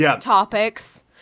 topics